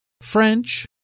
French